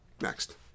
Next